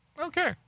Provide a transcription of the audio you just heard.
Okay